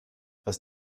was